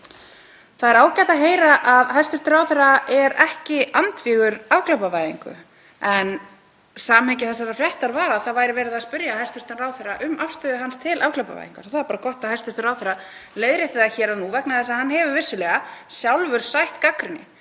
Það er ágætt að heyra að hæstv. ráðherra er ekki andvígur afglæpavæðingu en samhengi þessarar fréttar var að það var verið að spyrja hæstv. ráðherra um afstöðu hans til afglæpavæðingar og það er bara gott að hæstv. ráðherra leiðrétti það hér og nú vegna þess að hann hefur vissulega sjálfur sætt gagnrýni